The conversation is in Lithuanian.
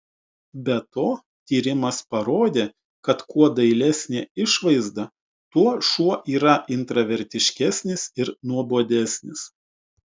be to tyrimas parodė kad kuo dailesnė išvaizda tuo šuo yra intravertiškesnis ir nuobodesnis